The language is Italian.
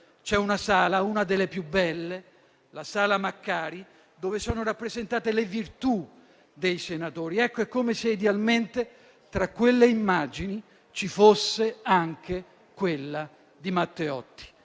c'è una sala, una delle più belle, la sala Maccari, dove sono rappresentate le virtù dei senatori. È come se, idealmente, tra quelle immagini ci fosse anche quella di Matteotti: